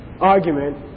argument